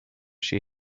she